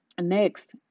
Next